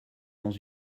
dans